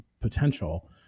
potential